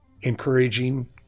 encouraging